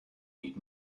need